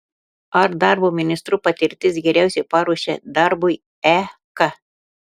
ar darbo ministru patirtis geriausiai paruošia darbui ek